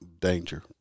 danger